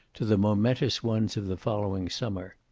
to the momentous ones of the following summer.